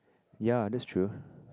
ya that's true